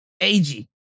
Ag